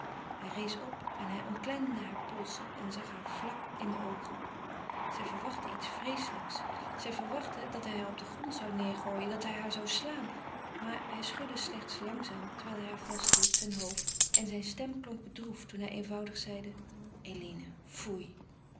hij rees op en hij omklemde hare polsen en zag haar vlak in de oogen zij verwachtte iets vreeselijks zij verwachtte dat hij haar op den grond zou neêrgooien dat hij haar zou slaan maar hij schudde slechts langzaam terwijl hij haar vasthield zijn hoofd en zijne stem klonk diep bedroefd toen hij eenvoudig zeide eline foei